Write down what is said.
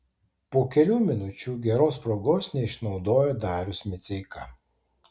po kelių minučių geros progos neišnaudojo darius miceika